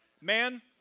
man